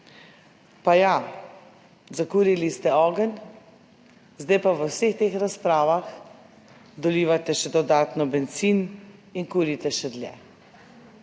Pa ja, zakurili ste ogenj, zdaj pa v vseh teh razpravah dolivate še dodatno bencin in kurite še dlje.